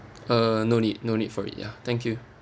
uh no need no need for it ya thank you